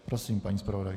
Prosím, paní zpravodajko.